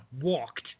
walked